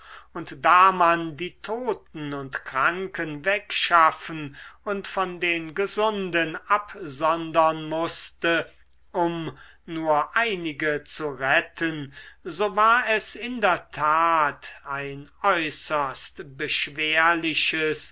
und da man die toten und kranken wegschaffen und von den gesunden absondern mußte um nur einige zu retten so war es in der tat ein äußerst beschwerliches